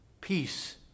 Peace